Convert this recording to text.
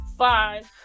five